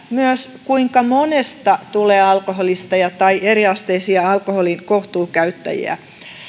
myös siitä kuinka monesta tulee alkoholisteja tai eriasteisia alkoholin kohtuukäyttäjiä